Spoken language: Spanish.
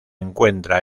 encuentra